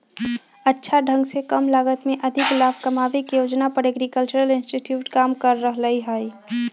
अच्छा ढंग से कम लागत में अधिक लाभ कमावे के योजना पर एग्रीकल्चरल इंस्टीट्यूट काम कर रहले है